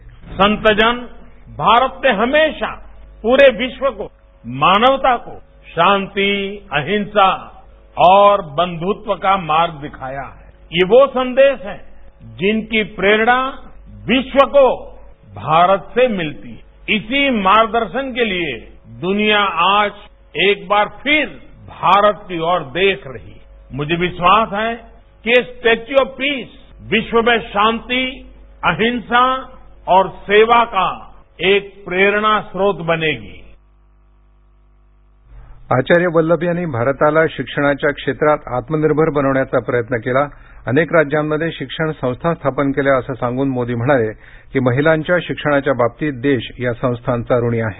ध्वनी संत जन भारत से हमेशा पूरे विश्व को मानवता को शांति अहिंसा और बंधुत्व का मार्ग दिखाया है ये वो संदेश है जिनकी प्रेरणा विश्व को भारत से मिलती है इसी मार्ग दर्शन के लिए दुनिया आज एक बार फिर भारत की ओर देख रहा है मुझे विश्वास है कि ये स्टेचू ऑफ पीस विश्व में शांति अहिंसा और सेवा का एक प्रेरणास्रोत बनेगी आचार्य वल्लभ यांनी भारताला शिक्षणाच्या क्षेत्रात आत्मनिर्भर बनवण्याचा प्रयत्न केला अनेक राज्यांमध्ये शिक्षण संस्था स्थापन केल्या असं सांगून मोदी म्हणाले की महिलांच्या शिक्षणाच्या बाबतीत देश या संस्थांचा ऋणी आहे